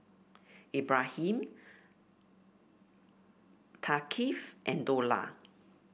Ibrahim Thaqif and Dollah